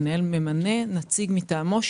המנהל ממנה נציג מטעמו,